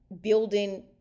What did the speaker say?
building